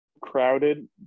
crowded